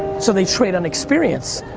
so they trade on experience.